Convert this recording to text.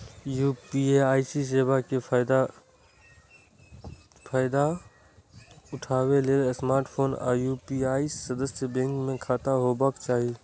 UPI सेवा के फायदा उठबै लेल स्मार्टफोन आ यू.पी.आई सदस्य बैंक मे खाता होबाक चाही